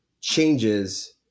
changes